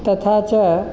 तथा च